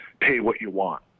pay-what-you-want